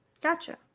Gotcha